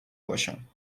باشم